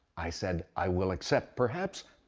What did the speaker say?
i said, i will accept, perhaps,